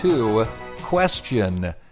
Question